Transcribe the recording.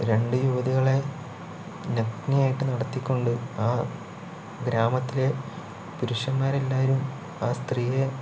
രണ്ട് യുവതികളെ നഗ്നയായിട്ട് നടത്തിക്കൊണ്ട് ആ ഗ്രാമത്തിലെ പുരുഷന്മാരെല്ലാവരും ആ സ്ത്രീയെ